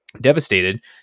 Devastated